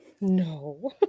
No